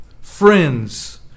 friends